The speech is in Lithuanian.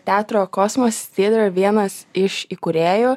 teatro kosmos theatre vienas iš įkūrėjų